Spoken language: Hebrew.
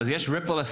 אז יש אפקט ריפל,